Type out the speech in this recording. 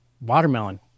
watermelon